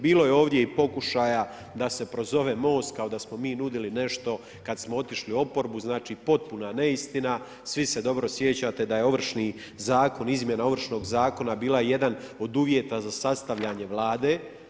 Bilo je ovdje i pokušaja da se prozove Most, kao da smo mi nudili nešto kada smo otišli u oporbu, znači potpuna neistina, svi se dobro sjećate da je ovršni zakon, izmjena Ovršnog zakona, bila jedna od uvjeta za sastavljanje Vlade.